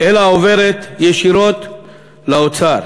אלא עוברת ישירות לאוצר.